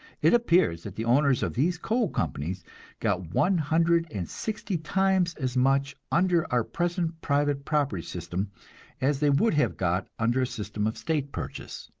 it appears that the owners of these coal companies got one hundred and sixty times as much under our present private property system as they would have got under a system of state purchase.